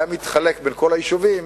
היה מתחלק בין כל היישובים,